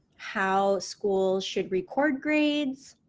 how schools should record grades,